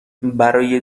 برای